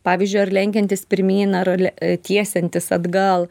pavyzdžiui ar lenkiantis pirmyn ar le tiesiantis atgal